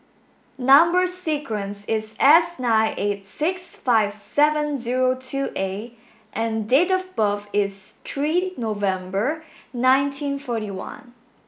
number sequence is S nine eight six five seven zero two A and date of birth is three November nineteen forty one